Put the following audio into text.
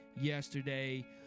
yesterday